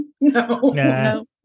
No